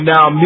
Now